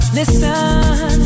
listen